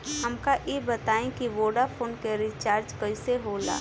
हमका ई बताई कि वोडाफोन के रिचार्ज कईसे होला?